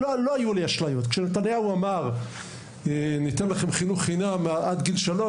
לא היו לי אשליות כשנתניהו אמר שיתנו חינוך חינם עד גיל שלוש,